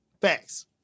Facts